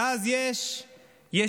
ואז יש ישיבת